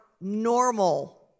normal